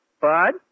Bud